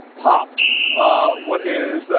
pop what is